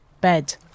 bed